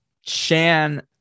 Shan